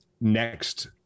next